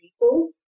people